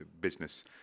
business